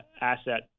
asset